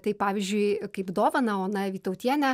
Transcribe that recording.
tai pavyzdžiui kaip dovaną ona vytautienė